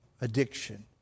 addiction